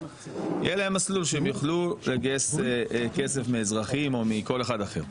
יהיה להם מסלול שהם יוכלו לגייס כסף מאזרחים או מכל אחד אחר.